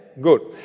good